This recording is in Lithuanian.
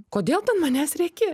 kodėl tu manęs rėki